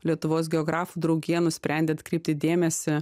lietuvos geografų draugija nusprendė atkreipti dėmesį